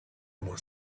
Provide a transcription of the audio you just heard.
was